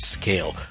scale